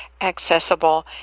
accessible